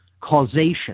causation